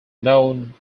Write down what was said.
known